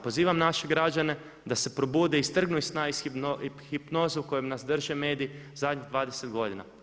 Pozivam naše građane da se probude i trgnu iz sna iz hipnoze u kojoj nas drže mediji zadnjih 20 godina.